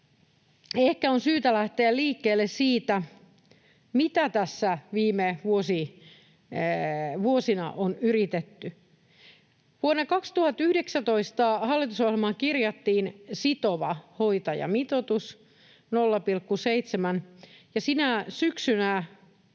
Ehkä on syytä lähteä liikkeelle siitä, mitä tässä viime vuosina on yritetty: Vuonna 2019 hallitusohjelmaan kirjattiin sitova hoitajamitoitus 0,7. Sinä syksynä,